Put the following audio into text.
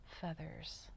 feathers